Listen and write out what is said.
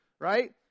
right